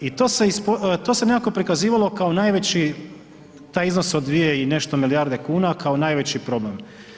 I to se nekako prikazivalo kao najveći, taj iznos od 2 i nešto milijarde kuna kao najveći problem.